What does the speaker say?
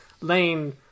lane